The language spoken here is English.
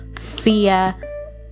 fear